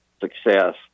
success